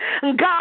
God